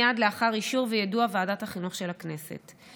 מייד לאחר אישור ויידוע ועדת החינוך של הכנסת.